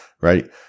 right